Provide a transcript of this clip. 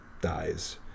dies